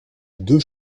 deux